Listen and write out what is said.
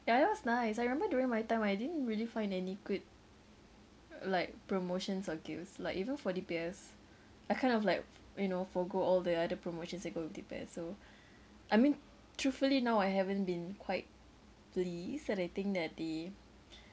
ya that was nice I remember during my time I didn't really find any good like promotions or gifts like even for D_B_S I kind of like you know forgo all the other promotions that go with D_B_S so I mean truthfully now I haven't been quite pleased and I think that the